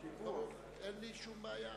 אין לי שום בעיה.